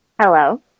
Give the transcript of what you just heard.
Hello